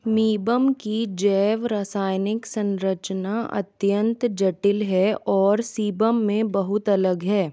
meibum की जैव रासायनिक संरचना अत्यंत जटिल है और सीबम में बहुत अलग है